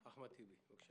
אחמד טיבי, בבקשה.